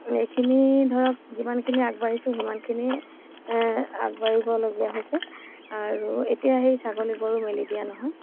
এইখিনি ধৰক যিমানখিনি আগবাঢ়িছোঁ সিমানখিনি আগবাঢ়িবলগীয়া হৈছে আৰু এতিয়া সেই ছাগলী গৰু মেলি দিয়া নহয়